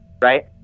right